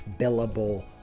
billable